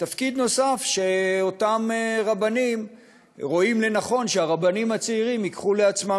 תפקיד נוסף שאותם רבנים רואים לנכון שהרבנים הצעירים ייקחו לעצמם,